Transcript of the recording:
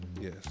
Yes